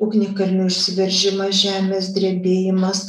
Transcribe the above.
ugnikalnių išsiveržimas žemės drebėjimas